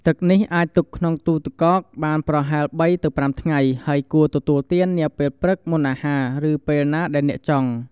ទឹកនេះអាចទុកក្នុងទូទឹកកកបានប្រហែល ៣-៥ ថ្ងៃ ហើយគួរទទួលទានពេលព្រឹកមុនអាហារ ឬពេលណាដែលអ្នកចង់។